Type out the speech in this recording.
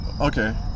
Okay